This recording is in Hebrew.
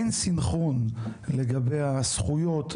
אין סנכרון לגבי הזכויות,